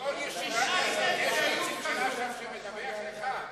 בכל ישיבה יש נציג של אש"ף שמדווח לך?